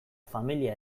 familia